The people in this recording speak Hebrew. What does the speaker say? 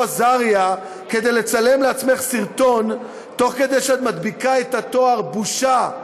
אזריה כדי לצלם לעצמך סרטון תוך כדי שאת מדביקה את התואר "בושה"